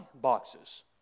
boxes